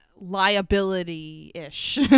liability-ish